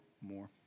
more